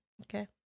okay